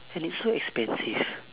and it's so expensive